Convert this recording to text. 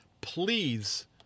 please